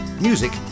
Music